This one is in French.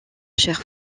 chair